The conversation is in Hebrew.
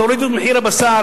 תורידו את מחיר הבשר,